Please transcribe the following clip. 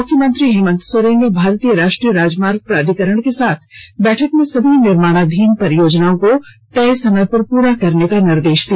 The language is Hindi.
मुख्यमंत्री हेमन्त सोरेन ने भारतीय राष्ट्रीय राजमार्ग प्राधिकरण के साथ बैठक में सभी निर्माणाधीन परियोजनाओं को तय समय पर पूरा करने का निर्देश दिया